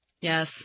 Yes